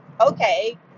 okay